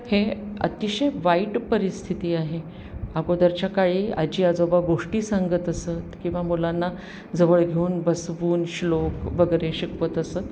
हे अतिशय वाईट परिस्थिती आहे अगोदरच्या काळी आजी आजोबा गोष्टी सांगत असत किंवा मुलांना जवळ घेऊन बसवून श्लोक वगैरे शिकवत असत